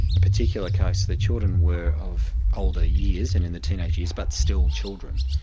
particular case, the children were of older years and in the teenage years, but still children.